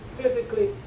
physically